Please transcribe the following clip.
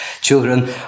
children